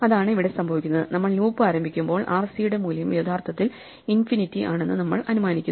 അതാണ് ഇവിടെ സംഭവിക്കുന്നത് നമ്മൾ ലൂപ്പ് ആരംഭിക്കുമ്പോൾ rc യുടെ മൂല്യം യഥാർത്ഥത്തിൽ ഇൻഫിനിറ്റി ആണെന്ന് നമ്മൾ അനുമാനിക്കുന്നു